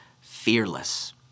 fearless